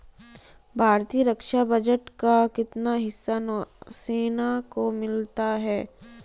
भारतीय रक्षा बजट का कितना हिस्सा नौसेना को मिलता है?